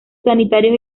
sanitarios